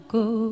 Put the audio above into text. go